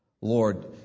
Lord